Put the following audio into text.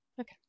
Okay